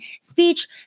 speech